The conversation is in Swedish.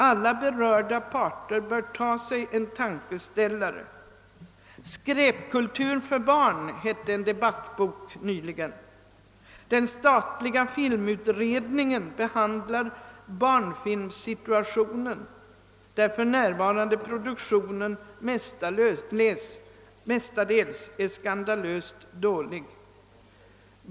Alla berörda parter bör ta sig en tankeställare. »Skräpkultur för barn«, hette en debattbok som utkom nyligen. Den statliga filmutredningen behandlar barnfilmsituationen, där för närvarande produktionen mestadels är skandalöst dålig.